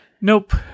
Nope